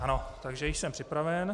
Ano, takže již jsem připraven.